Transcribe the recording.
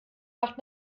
macht